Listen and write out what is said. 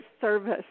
service